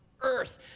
earth